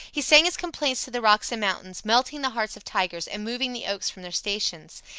he sang his complaints to the rocks and mountains, melting the hearts of tigers and moving the oaks from their stations.